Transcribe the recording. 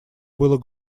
было